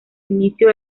inicio